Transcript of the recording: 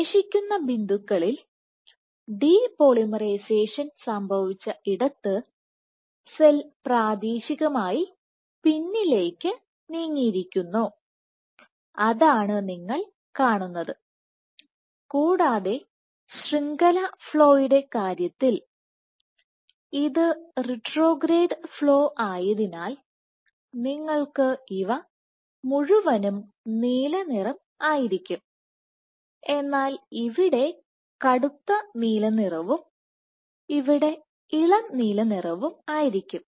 ശേഷിക്കുന്ന ബിന്ദുക്കളിൽ ഡിപോളിമറൈസേഷൻ സംഭവിച്ച ഇടത്ത് സെൽ പ്രാദേശികമായി പിന്നിലേക്ക് നീങ്ങിയിരിക്കുന്നു അതാണ് നിങ്ങൾ കാണുന്നത് കൂടാതെ ശൃംഖല ഫ്ലോയുടെ കാര്യത്തിൽ ഇത് റിട്രോഗ്രേഡ് ഫ്ലോ ആയതിനാൽ നിങ്ങൾക്ക് ഇവ മുഴുവനും നീല നിറമായിരിക്കും എന്നാൽ ഇവിടെ കടുത്ത നീല നിറവും ഇവിടെ ഇളം നീല നിറവും ആയിരിക്കും